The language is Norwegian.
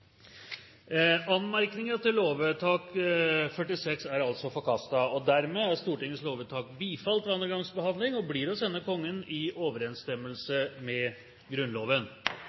Anmerkningen til lovvedtak 46 er dermed forkastet, og Stortingets lovvedtak er bifalt ved andre gangs behandling og blir å sende Kongen i overensstemmelse med Grunnloven.